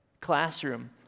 classroom